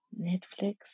netflix